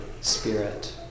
Spirit